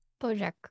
bojack